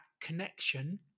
connection